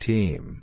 Team